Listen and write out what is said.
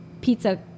pizza